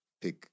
pick